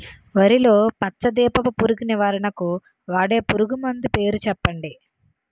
వరిలో పచ్చ దీపపు పురుగు నివారణకు వాడే పురుగుమందు పేరు చెప్పండి?